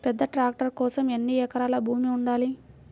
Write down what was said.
పెద్ద ట్రాక్టర్ కోసం ఎన్ని ఎకరాల భూమి ఉండాలి?